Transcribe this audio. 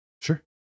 Sure